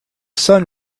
sun